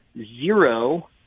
zero